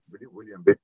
William